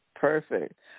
Perfect